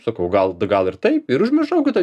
sakau gal gal ir taip ir užmiršau kitą